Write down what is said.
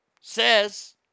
says